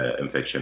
infection